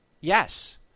yes